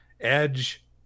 edge